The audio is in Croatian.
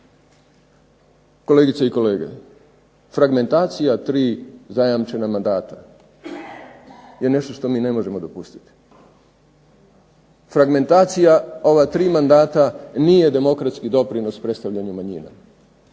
Kolegice i kolege, fragmentacija tri zajamčena mandata je nešto što mi ne možemo dopustiti. Fragmentacija ova tri mandata nije demokratski doprinos predstavljanju manjina,